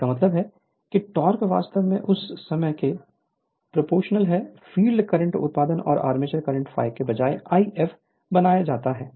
इसका मतलब है कि टोक़ वास्तव में उस समय के प्रोपोर्शनल है फील्ड करंट उत्पाद और आर्मेचर करंट ∅ के बजाय If बनाया जाता है